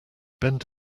bent